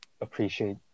appreciate